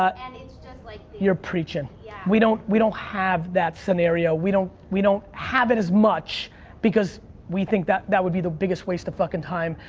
ah and it's just these like you're preachin'. yeah. we don't we don't have that scenario. we don't we don't have it as much because we think that that would be the biggest waste of fuckin' time,